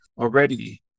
already